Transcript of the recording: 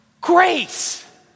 grace